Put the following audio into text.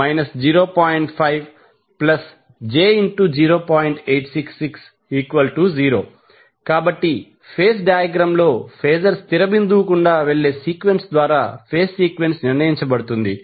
8660 కాబట్టి phase diagram లో phasor స్థిర బిందువు గుండా వెళ్ళే సీక్వెన్స్ ద్వారా ఫేజ్ సీక్వెన్స్ నిర్ణయించబడుతుంది